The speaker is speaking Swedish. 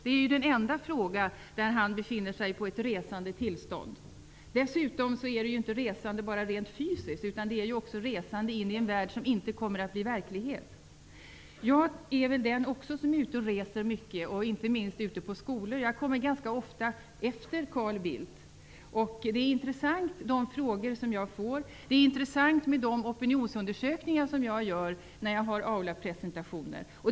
Det är den enda fråga där han befinner sig i ett resande tillstånd. Dessutom är det inte bara resande rent fysiskt, utan det är också resande in i en värld som inte kommer att bli verklighet. Jag är också ute och reser mycket, inte minst är jag ute på skolor. Jag kommer ganska ofta efter Carl Bildt. Det är intressant vilka frågor jag får, och de opinionsundersökningar jag gör efter det jag har gjort presentationer är också intressanta.